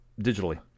digitally